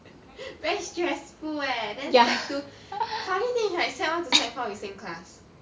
very stressful leh then sec two funny thing is sec one to sec four we same class